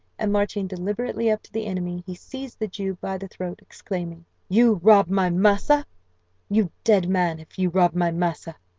and marching deliberately up to the enemy, he seized the jew by the throat, exclaiming you rob my massa you dead man, if you rob my massa.